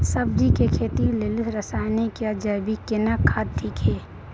सब्जी के खेती लेल रसायनिक या जैविक केना खाद ठीक ये?